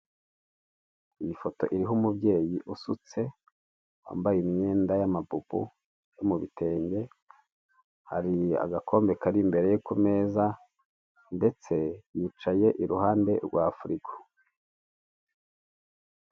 Iyi foto iriho umubyeyi usutse wambaye imyenda y'amabubu yo mu bitenge, hari agakombe kari imbere ye ku meza ndetse yicaye iruhande rwa furigo.